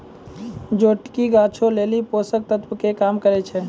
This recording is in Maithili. जोटकी गाछो लेली पोषक तत्वो के काम करै छै